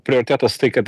prioritetas tai kad